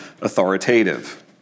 authoritative